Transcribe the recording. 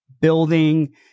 building